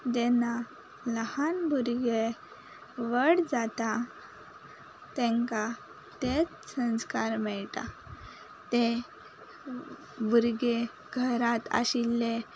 जेन्ना लहान भुरगे व्हड जाता तांकां तेच संस्कार मेळटा ते भुरगे घरांत आशिल्ले